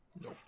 No